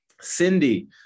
Cindy